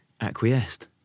acquiesced